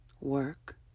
work